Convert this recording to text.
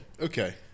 Okay